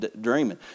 dreaming